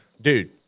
dude